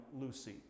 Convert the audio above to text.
Lucy